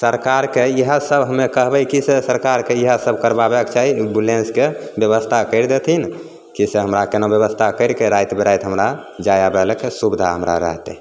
सरकारके इएह सब हमे कहबै कि सरकारके इएह सब करबाबैके चाही एम्बुलेंसके बेबस्था करि देथिन कि से हमरा केनहो बेबस्था करिके राति बिराति हमरा जाए आबै लखे सुबिधा हमरा रहतै